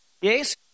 Yes